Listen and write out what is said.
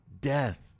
death